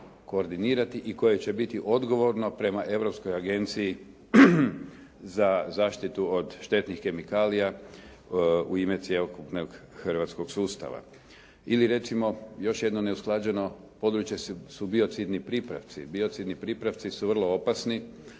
koordinirati i koje će biti odgovorno prema Europskoj agenciji za zaštitu od štetnih kemikalija u ime cjelokupnog hrvatskog sustava. Ili recimo još jedno neusklađeno područje su biocidni pripravci. Biocidni pripravci su vrlo opasni.